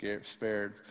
spared